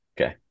Okay